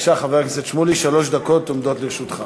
שלוש דקות עומדות לרשותך.